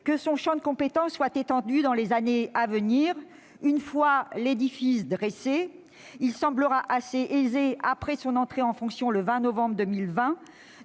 que son champ de compétences ne soit étendu dans les années à venir. Une fois l'édifice dressé, il semblera assez aisé, après son entrée en fonctions le 20 novembre 2020,